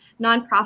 nonprofit